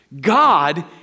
God